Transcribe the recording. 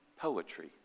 poetry